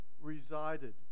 resided